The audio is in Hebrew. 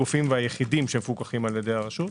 הגופים היחידים שמפוקחים על ידי הרשות.